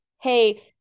hey